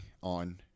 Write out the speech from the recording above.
on